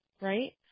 right